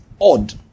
Odd